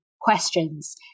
questions